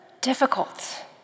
difficult